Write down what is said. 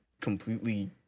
completely